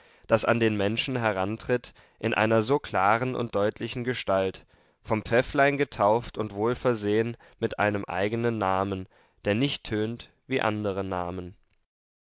das an den menschen herantritt in einer so klaren und deutlichen gestalt vom pfäfflein getauft und wohlversehen mit einem eigenen namen der nicht tönt wie andere namen